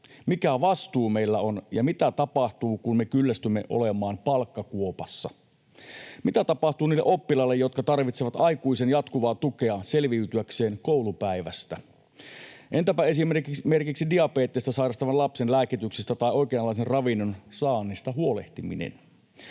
mikä vastuu meillä on, ja mitä tapahtuu, kun me kyllästymme olemaan palkkakuopassa? Mitä tapahtuu niille oppilaille, jotka tarvitsevat aikuisen jatkuvaa tukea selviytyäkseen koulupäivästä? Entäpä esimerkiksi diabetesta sairastavan lapsen lääkityksistä tai oikeanlaisen ravinnon saannista huolehtiminen?